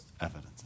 evidence